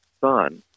son